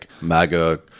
MAGA